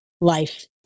life